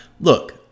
look